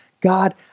God